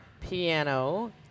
piano